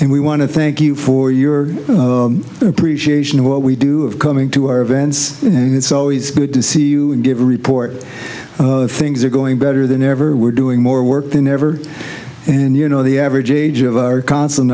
and we want to thank you for your appreciation of what we do of coming to our events and it's always good to see you give a report things are going better than ever we're doing more work than ever and you know the average age of our cons